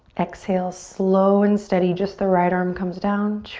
exhale, slow and steady, just the right arm comes down.